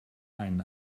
einen